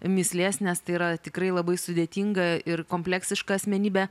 mįslės nes tai yra tikrai labai sudėtinga ir kompleksiška asmenybė